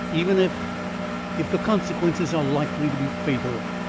even if if the consequences are likely to be fatal.